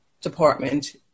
department